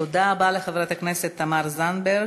תודה רבה לחברת הכנסת תמר זנדברג.